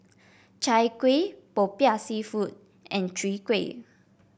Chai Kuih Popiah seafood and Chwee Kueh